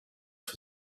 for